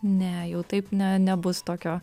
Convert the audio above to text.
ne jau taip ne nebus tokio